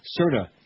Serta